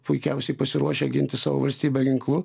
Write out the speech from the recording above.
puikiausiai pasiruošę ginti savo valstybę ginklu